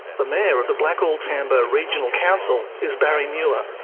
the mayor of the blackall-tambo regional council is barry muir.